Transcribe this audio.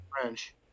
French